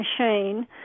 machine